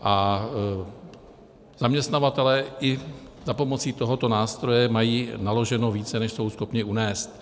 A zaměstnavatelé i za pomoci tohoto nástroje mají naloženo více, než jsou schopni unést.